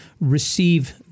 receive